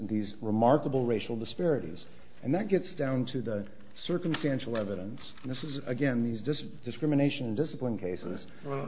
these remarkable racial disparities and that gets down to the circumstantial evidence and this is again just discrimination discipline case